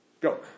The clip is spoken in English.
Go